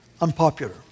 unpopular